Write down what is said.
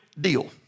deal